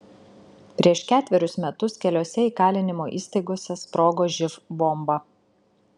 prieš ketverius metus keliose įkalinimo įstaigose sprogo živ bomba